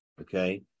Okay